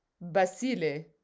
Basile